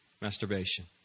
Masturbation